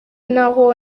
aho